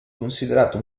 considerato